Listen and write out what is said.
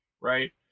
right